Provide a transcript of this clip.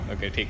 Okay